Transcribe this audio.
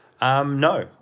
No